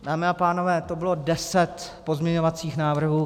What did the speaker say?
Dámy a pánové, to bylo deset pozměňovacích návrhů.